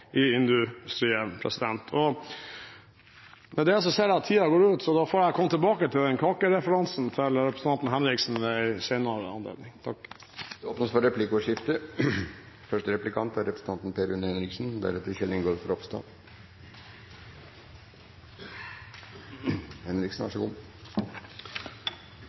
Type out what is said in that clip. industrien. Med det ser jeg tiden går ut, så jeg får komme tilbake til kakereferansen til representanten Henriksen ved en senere anledning. Det åpnes for replikkordskifte.